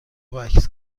وکس